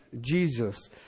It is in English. Jesus